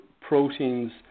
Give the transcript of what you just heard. proteins